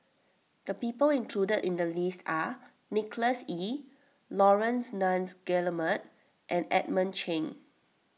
the people included in the list are Nicholas Ee Laurence Nunns Guillemard and Edmund Cheng